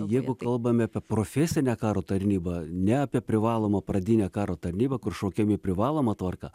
jeigu kalbame apie profesinę karo tarnybą ne apie privalomą pradinę karo tarnybą kur šaukiami privaloma tvarka